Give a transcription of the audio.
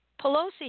Pelosi